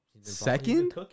Second